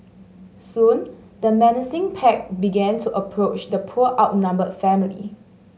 soon the menacing pack began to approach the poor outnumbered family